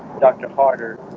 doctor harder